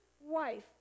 wife